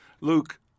Luke